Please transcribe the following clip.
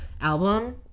album